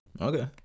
Okay